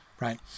right